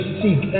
seek